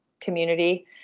community